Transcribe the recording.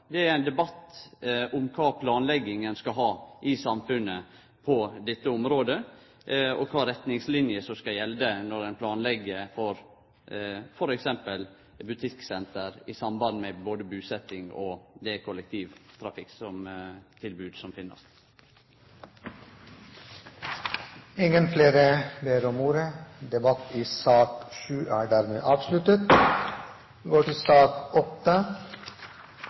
Det er ein debatt om kva planlegging ein skal ha i samfunnet på dette området, og kva retningslinjer som skal gjelde når ein planlegg for f.eks. butikksenter i samband med både busetjing og det kollektivtrafikktilbodet som finst. Flere har ikke bedt om ordet til sak nr. 7. Etter ønske fra energi- og miljøkomiteen vil presidenten foreslå at taletiden begrenses til